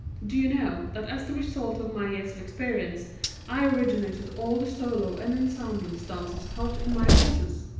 do you know that as the result of my years of experience i originated all the solo and ensemble dances taught in my courses?